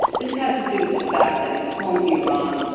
this had to do with the fact that in qom, iran,